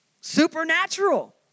supernatural